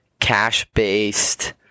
cash-based